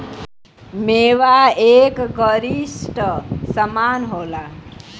मेवा एक गरिश्ट समान होला